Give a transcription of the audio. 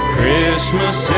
Christmas